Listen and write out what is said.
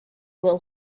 will